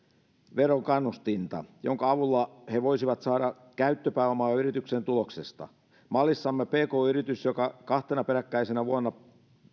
verokannustinta jonka avulla ne voisivat saada käyttöpääomaa yrityksen tuloksesta mallissamme pk yritys joka kahtena peräkkäisenä vuonna